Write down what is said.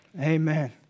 Amen